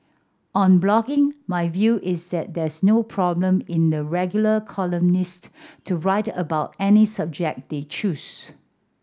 on blogging my view is that there's no problem in the regular columnists to write about any subject they choose